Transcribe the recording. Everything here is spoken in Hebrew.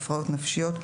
הפרעות נפשיות,